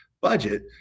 budget